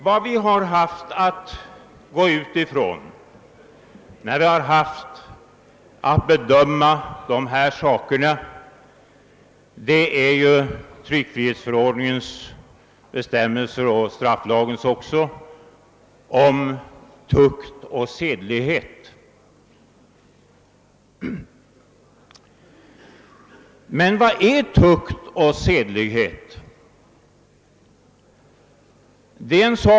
Vad vi har haft att utgå ifrån när vi haft att bedöma dessa frågor är ju tryckfrihetsförordningens och i någon mån strafflagens bestämmelser om tukt och sedlighet. Men vad är tukt och sedlighet?